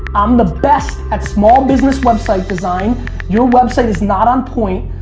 i'm the best at small business website design your website is not on point,